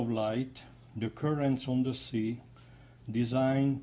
of light the currents on the sea designed